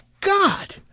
God